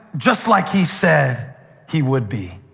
just like he said he would be.